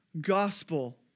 gospel